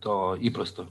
to įprasto